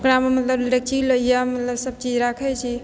ओकरामे मतलब डेकची लोहिआ मतलब सभचीज राखैत छी